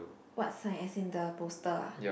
what sign as in the poster ah